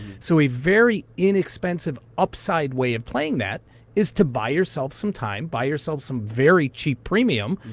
so a very inexpensive upside way of playing that is to buy yourself some time, buy yourself some very cheap premium,